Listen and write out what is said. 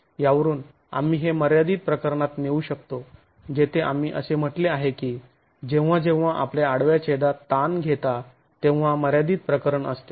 यावरून आम्ही हे मर्यादित प्रकरणात नेऊ शकतो जेथे आम्ही असे म्हटले आहे की जेव्हा जेव्हा आपण आडव्या छेदात ताण घेता तेव्हा मर्यादित प्रकरण असते